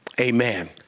Amen